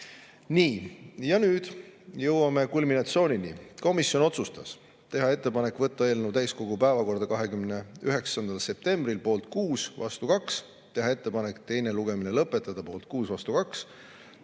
Nii, ja nüüd jõuame kulminatsioonini. Komisjon otsustas: teha ettepanek võtta eelnõu täiskogu päevakorda 29. septembril (poolt 6, vastu 2), teha ettepanek teine lugemine lõpetada (poolt 6, vastu 2),